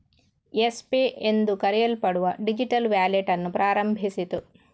Yes Pay ಎಂದು ಕರೆಯಲ್ಪಡುವ digital wallet ಅನ್ನು ಪ್ರಾರಂಭಿಸಿತು